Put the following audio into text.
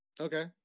Okay